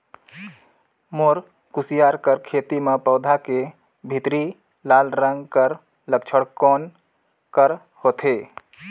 मोर कुसियार कर खेती म पौधा के भीतरी लाल रंग कर लक्षण कौन कर होथे?